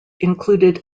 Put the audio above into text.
included